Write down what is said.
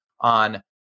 on